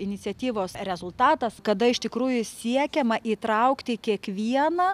iniciatyvos rezultatas kada iš tikrųjų siekiama įtraukti kiekvieną